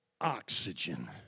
oxygen